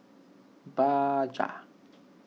Bajaj